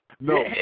No